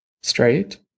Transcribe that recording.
Straight